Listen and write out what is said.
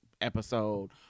episode